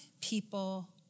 people